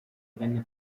venne